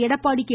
Edappadi K